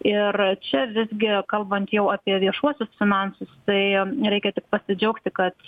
ir čia visgi kalbant jau apie viešuosius finansus tai reikia tik pasidžiaugti kad